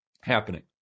happening